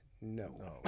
no